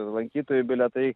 lankytojų bilietai